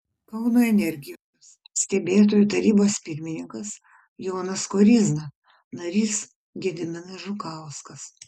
kauno energijos stebėtojų tarybos pirmininkas jonas koryzna narys gediminas žukauskas